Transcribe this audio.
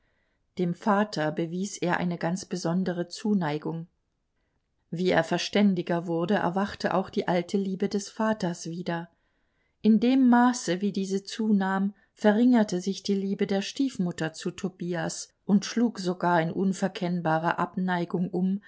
dem vater bewies er eine ganz besondere zuneigung wie er verständiger wurde erwachte auch die alte liebe des vaters wieder in dem maße wie diese zunahm verringerte sich die liebe der stiefmutter zu tobias und schlug sogar in unverkennbare abneigung um